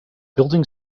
building